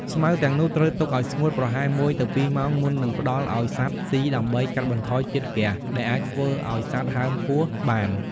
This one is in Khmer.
ស្មៅទាំងនោះត្រូវទុកឲ្យស្ងួតប្រហែលមួយទៅពីរម៉ោងមុននឹងផ្តល់ឲ្យសត្វស៊ីដើម្បីកាត់បន្ថយជាតិហ្គាសដែលអាចធ្វើឲ្យសត្វហើមពោះបាន។